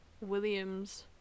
Williams